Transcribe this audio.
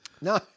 No